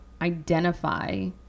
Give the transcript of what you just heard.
identify